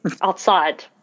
outside